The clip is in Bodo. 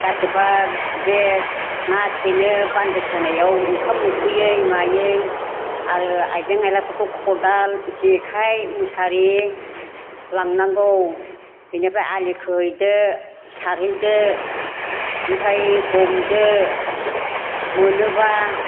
जाहाथे बे ना थेनो बान्दो खोनायाव ओंखाम उखैयै मायै आरो आइजें आयलाफोरखौ खदाल जेखाय मुसारि लांनांगौ बेनिफ्राय आलि खोहैदो सारहैदो ओमफ्राय हमदो मोनोबा